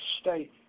State